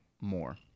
more